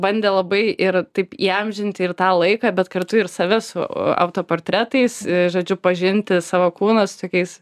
bandė labai ir taip įamžinti ir tą laiką bet kartu ir save su autoportretais žodžiu pažinti savo kūną su tokiais